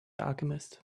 alchemist